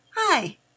Hi